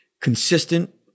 consistent